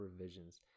revisions